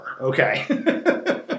Okay